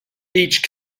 each